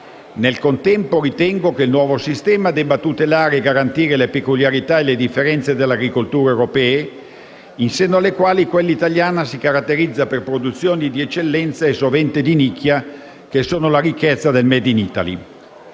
Nel contempo, ritengo che il nuovo sistema debba tutelare e garantire le peculiarità e le differenze delle agricolture europee, in seno alle quali quella italiana si caratterizza per produzioni di eccellenza e sovente di "nicchia", che sono la ricchezza del *made in Italy*.